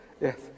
Yes